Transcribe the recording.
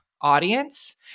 audience